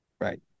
Right